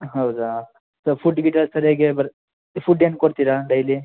ಹೌದಾ so food ಗಿಡ್ಡೆಲ್ಲ ಸರಿಯಾಗಿ ಬರ್ ಫುಡ್ ಏನು ಕೊಡ್ತೀರ ಡೈಲಿ